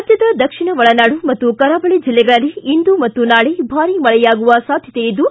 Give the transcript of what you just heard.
ರಾಜ್ಯದ ದಕ್ಷಿಣ ಒಳನಾಡು ಮತ್ತು ಕರಾವಳಿ ಜಿಲ್ಲೆಗಳಲ್ಲಿ ಇಂದು ಮತ್ತು ನಾಳೆ ಭಾರೀ ಮಳೆಯಾಗುವ ಸಾಧ್ಯತೆಯಿದ್ದು